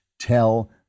tell